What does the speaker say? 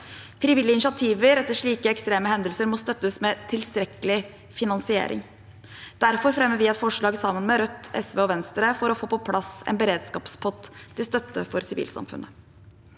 Frivillige initiativer etter slike ekstreme hendelser må støttes med tilstrekkelig finansiering. Derfor fremmer vi et forslag sammen med Rødt, SV og Venstre for å få på plass en beredskapspott til støtte for sivilsamfunnet.